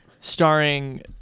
Starring